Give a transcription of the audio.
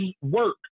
work